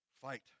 Fight